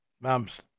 mum's